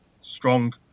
strong